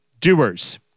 doers